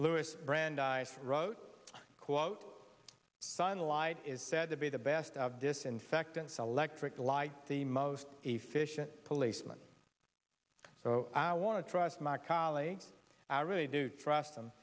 louis brandeis wrote quote sunlight is said to be the best of disinfectants electric light the most efficient policeman so i want to trust my colleagues i really do trust them